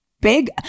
big